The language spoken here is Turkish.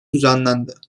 düzenlendi